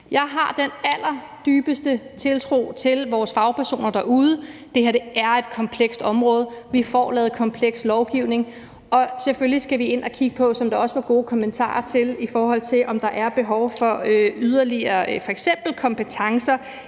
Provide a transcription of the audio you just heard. Jeg har den allerstørste tiltro til vores fagpersoner derude. Det her er et komplekst område, vi får lavet kompleks lovgivning, og selvfølgelig skal vi ind at kigge på – hvad der også var gode kommentarer om – om der er behov for at sørge for f.eks.